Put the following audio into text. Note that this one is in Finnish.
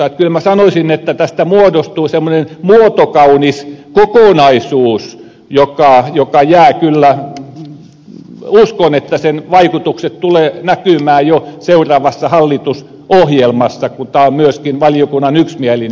kyllä minä sanoisin että tästä muodostuu semmoinen muotokaunis kokonaisuus joka jää kyllä uskon että sen vaikutukset tulevat näkymään jo seuraavassa hallitusohjelmassa kun tämä on myöskin valiokunnan yksimielinen esitys